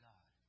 God